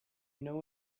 know